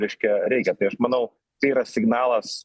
reiškia reikia tai aš manau tai yra signalas